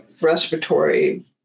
respiratory